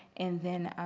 and then